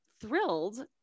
thrilled